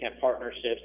partnerships